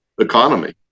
economy